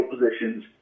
positions